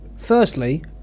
Firstly